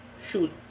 shoot